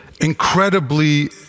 incredibly